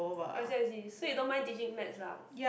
I see I see so you don't mind teaching maths lah